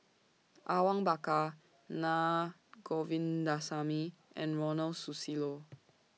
Awang Bakar Naa Govindasamy and Ronald Susilo